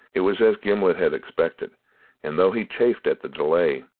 it was as gimblet had expected and, though he chafed at the delay,